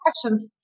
questions